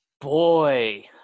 boy